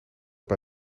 bij